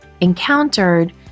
encountered